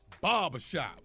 Barbershop